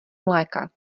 mléka